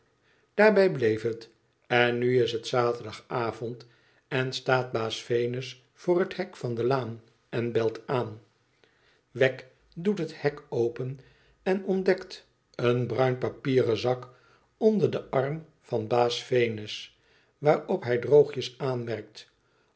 daarbij bleef het en nu is het zaterdagavond en staat baas venus voor het hek vane laan en belt aan weggdoet het hek open en ontdekt een bruin papieren pak onder den arm van baas venus waarop hij droogjes aanmerkt